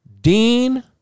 Dean